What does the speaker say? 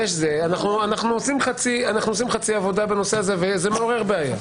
אנחנו עושים חצי עבודה בנושא הזה, וזה מעורר בעיה.